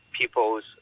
People's